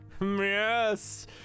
yes